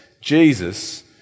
Jesus